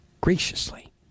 graciously